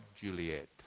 Juliet